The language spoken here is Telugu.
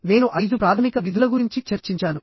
నేను ఐదు ప్రాథమిక విధుల గురించి చర్చించాను